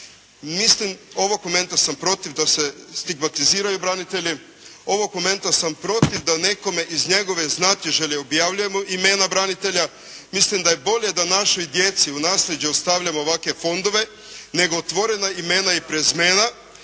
mislim ovog momenta sam protiv da se stigmatiziraju branitelji. Ovog momenta sam protiv da nekome iz njegove znatiželje objavljujemo imena branitelja. Mislim da je bolje da našoj djeci u nasljeđu ostavljamo ovakve fondove nego tvorena imena i prezimena